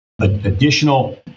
additional